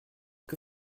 que